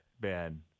ben